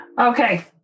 Okay